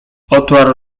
odparł